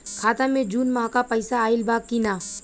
खाता मे जून माह क पैसा आईल बा की ना?